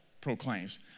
proclaims